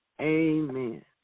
Amen